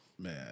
Man